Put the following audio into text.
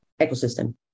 ecosystem